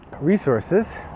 resources